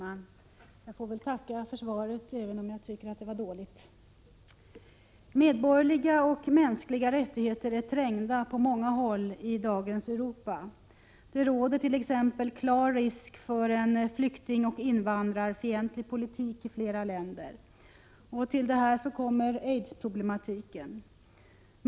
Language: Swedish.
Herr talman! Jag tackar för svaret, även om jag tycker att det var dåligt. Medborgerliga och mänskliga rättigheter är trängda på många håll i dagens Europa. Det råder t.ex. klar risk för en flyktingoch invandrarfientlig politik i flera länder. Till allt detta kommer aidsproblematiken.